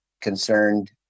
concerned